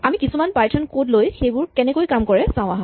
আমি কিছুমান Python code লৈ সেইবোৰে কেনেকৈ কাম কৰে চাওঁ আহা